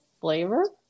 flavor